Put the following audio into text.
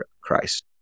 Christ